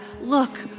look